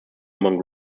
among